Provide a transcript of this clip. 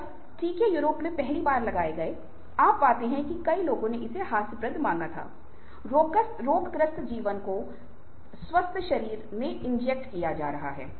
जब अन्य पक्ष आपके साथ गलत व्यवहार करते हैं तो उन्हें इस बारे में बताएं कि वे आपके साथ उचित व्यवहार नहीं कर रहे हैं